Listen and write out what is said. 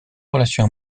relation